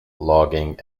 logging